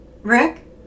Rick